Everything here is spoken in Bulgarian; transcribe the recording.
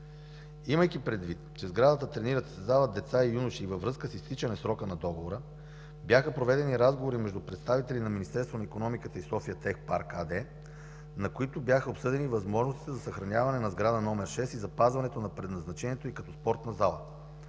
Имайки предвид, че в сградата тренират и се състезават деца и юноши, във връзка с изтичане на срока на договора, бяха проведени разговори между представители на Министерството на икономиката и „София тех парк” АД, на които бяха обсъдени възможностите за съхраняване на сграда № 6 и запазване на предназначението й като спортна зала.